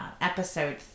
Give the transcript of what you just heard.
episode